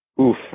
Oof